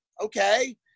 okay